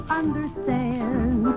understand